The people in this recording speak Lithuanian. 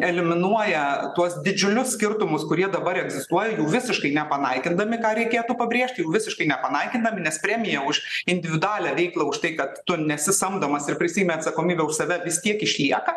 eliminuoja tuos didžiulius skirtumus kurie dabar egzistuoja jų visiškai nepanaikindami ką reikėtų pabrėžti jų visiškai nepanaikinami nes premija už individualią veiklą už tai kad tu nesi samdomas ir prisiimi atsakomybę už save vis tiek išlieka